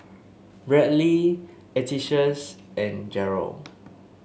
bradly Atticus and Gerald